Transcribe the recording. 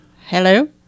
Hello